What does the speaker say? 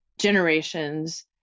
generations